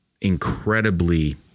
incredibly